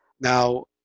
now